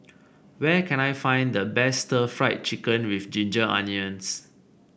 where can I find the best Stir Fried Chicken with Ginger Onions